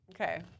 Okay